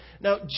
Now